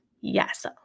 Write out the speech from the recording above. yes